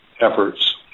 efforts